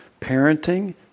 parenting